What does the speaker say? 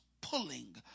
pulling